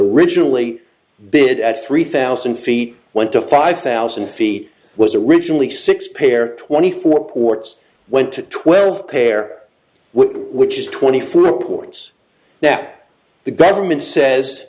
originally bid at three thousand feet went to five thousand feet was originally six pair twenty four ports went to twelve pair which is twenty four reports that the government says